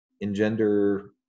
engender